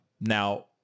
Now